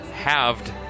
halved